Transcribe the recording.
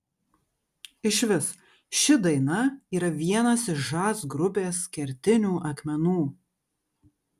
išvis ši daina yra vienas iš žas grupės kertinių akmenų